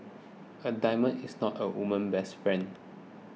a diamond is not a woman's best friend